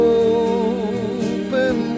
open